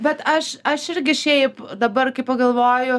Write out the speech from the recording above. bet aš aš irgi šiaip dabar kai pagalvoju